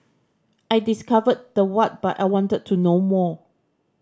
I discovered the what but I wanted to know more